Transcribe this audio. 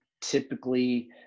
typically